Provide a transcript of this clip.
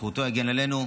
זכותו תגן עלינו,